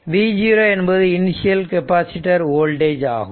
v0 என்பது initial capacitor voltage ஆகும்